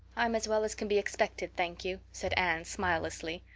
i'm as well as can be expected, thank you, said anne smilelessly.